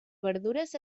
verdures